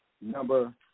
number